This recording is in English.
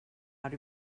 out